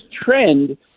trend